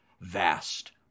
vast